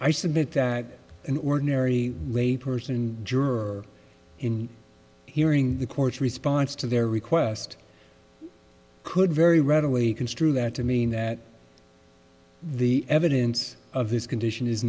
i submit that an ordinary lay person juror in hearing the court's response to their request could very readily construe that to mean that the evidence of this condition is